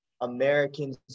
Americans